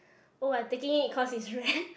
oh I taking it cause it's rare